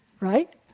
right